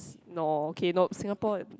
no okay no Singapore